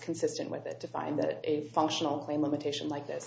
consistent with it to find that a functional claim limitation like this